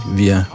via